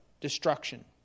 destruction